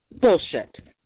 Bullshit